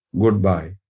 goodbye